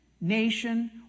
nation